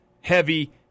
heavy